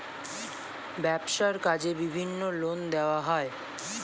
ব্যবসার কাজে বিভিন্ন লোন দেওয়া হয়